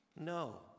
No